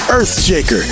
Earthshaker